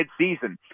midseason